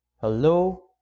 hello